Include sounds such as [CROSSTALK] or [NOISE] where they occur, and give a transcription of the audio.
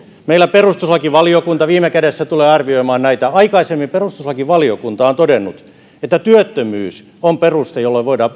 meillä perustuslakivaliokunta viime kädessä tulee arvioimaan näitä aikaisemmin perustuslakivaliokunta on todennut että työttömyys on peruste sille että voidaan [UNINTELLIGIBLE]